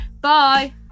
Bye